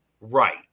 right